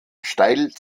steil